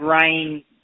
rain